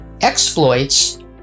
Exploits